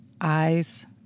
eyes